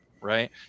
Right